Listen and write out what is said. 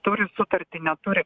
turi sutartį neturi